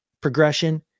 progression